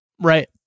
Right